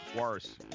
Worse